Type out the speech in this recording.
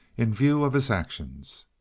in view of his actions.